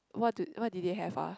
what do what did they have ah